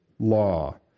Law